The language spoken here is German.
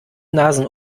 nasen